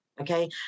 okay